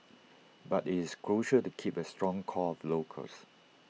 but IT is crucial to keep A strong core of locals